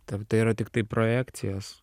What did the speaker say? ta tai yra tiktai projekcijos